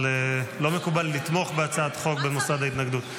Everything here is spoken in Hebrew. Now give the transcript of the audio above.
אבל לא מקובל לתמוך בהצעת חוק במוסד ההתנגדות.